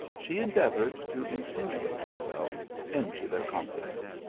she endeavoured to insinuate her self into their confidence.